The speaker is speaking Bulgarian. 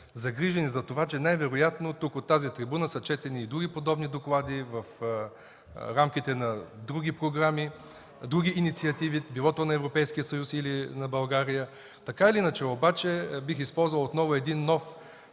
загрижени за това, че най-вероятно тук, от тази трибуна са четени и други подобни доклади в рамките на други програми, инициативи било то на Европейския съюз или България. Така или иначе обаче, бих използвал един нов